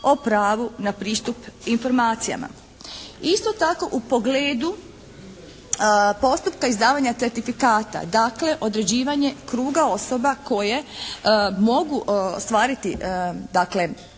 o pravu na pristup informacijama. Isto tako u pogledu postupka izdavanja certifikata, dakle određivanje kruga osoba koje mogu ostvariti dakle